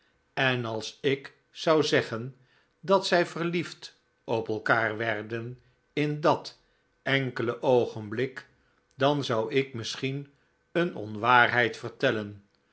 en als ik zou zeggen dat zij verliefd op elkaar werden in dat enkele oogenblik dan zou ik misschien een onwaarheid vertellen